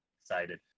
Excited